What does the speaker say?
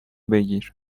بگیر